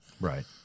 Right